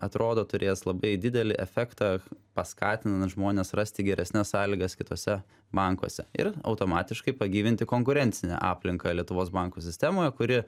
atrodo turės labai didelį efektą paskatinant žmones rasti geresnes sąlygas kituose bankuose ir automatiškai pagyvinti konkurencinę aplinką lietuvos bankų sistemoje kuri